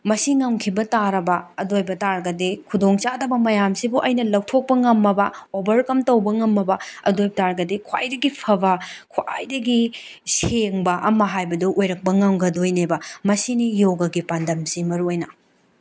ꯃꯁꯤ ꯉꯝꯈꯤꯕ ꯇꯥꯔꯕ ꯑꯗꯨ ꯑꯣꯏꯕ ꯇꯔꯒꯗꯤ ꯈꯨꯗꯣꯡ ꯆꯥꯗꯕ ꯃꯌꯥꯝꯁꯤꯕꯨ ꯑꯩꯅ ꯂꯧꯊꯣꯛꯄ ꯉꯝꯃꯕ ꯑꯣꯚꯔꯀꯝ ꯇꯧꯕ ꯉꯝꯃꯕ ꯑꯗꯨ ꯑꯣꯏꯇꯔꯒꯗꯤ ꯈ꯭ꯋꯥꯏꯗꯒꯤ ꯐꯕ ꯈ꯭ꯋꯥꯏꯗꯒꯤ ꯁꯦꯡꯕ ꯑꯃ ꯍꯥꯏꯕꯗꯨ ꯑꯣꯏꯔꯛꯄ ꯉꯝꯒꯗꯣꯏꯅꯦꯕ ꯃꯁꯤꯅꯤ ꯌꯣꯒꯒꯤ ꯄꯥꯟꯗꯝꯁꯤ ꯃꯔꯨ ꯑꯣꯏꯅ